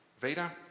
Veda